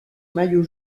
maillot